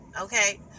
Okay